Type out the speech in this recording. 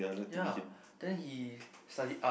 ya then he studies art